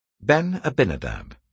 Ben-Abinadab